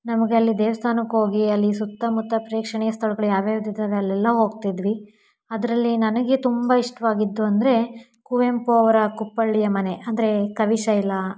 ನಮಗಲ್ಲಿ ದೇವಸ್ಥಾನಕ್ಕೆ ಹೋಗಿ ಅಲ್ಲಿ ಸುತ್ತಮುತ್ತ ಪ್ರೇಕ್ಷಣೀಯ ಸ್ಥಳಗಳು ಯಾವ್ಯಾವ್ದು ಇದೆ ಅಲ್ಲೆಲ್ಲ ಹೋಗ್ತಿದ್ವಿ ಅದರಲ್ಲಿ ನನಗೆ ತುಂಬ ಇಷ್ಟವಾಗಿದ್ದು ಅಂದರೆ ಕುವೆಂಪು ಅವರ ಕುಪ್ಪಳ್ಳಿಯ ಮನೆ ಅಂದರೆ ಕವಿಶೈಲ